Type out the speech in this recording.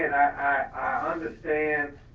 ah understand